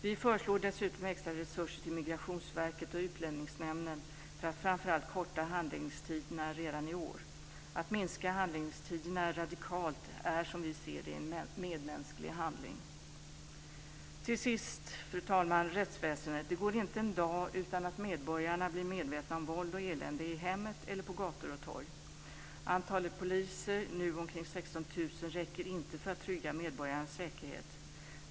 Vi föreslår dessutom extra resurser till Migrationsverket och Utlänningsnämnden för att framför allt korta handläggningstiderna redan i år. Att minska handläggningstiderna radikalt är, som vi ser det, en medmänsklig handling. Fru talman! Till sist något om rättsväsendet. Det går inte en dag utan att medborgarna blir medvetna om våld och elände i hemmet eller på gator och torg. Antalet poliser - nu omkring 16 000 - räcker inte för att trygga medborgarnas säkerhet.